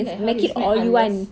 like how you smack alias